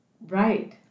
Right